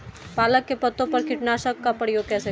पालक के पत्तों पर कीटनाशक का प्रयोग कैसे करें?